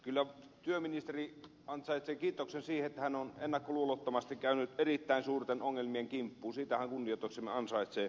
kyllä työministeri ansaitsee kiitoksen siitä että hän on ennakkoluulottomasti käynyt erittäin suurten ongelmien kimppuun siitä hän kunnioituksemme ansaitsee